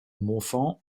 montfand